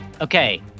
Okay